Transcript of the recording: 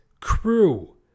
crew